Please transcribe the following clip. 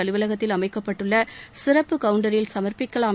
அலுவலகத்தில் அமைக்கப்பட்டுள்ள சிறப்பு கவுண்டரில் சமர்ப்பிக்கலாம்